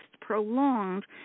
prolonged